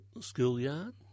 schoolyard